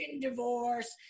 divorce